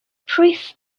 proof